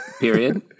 Period